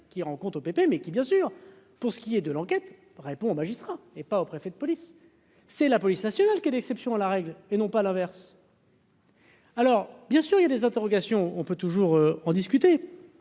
qui rend compte au PP, mais qui, bien sûr, pour ce qui est de l'enquête répond aux magistrats et pas au préfet de police, c'est la police nationale que l'exception à la règle et non pas l'inverse. Alors bien sûr, il y a des interrogations, on peut toujours en discuter